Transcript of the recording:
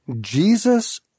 Jesus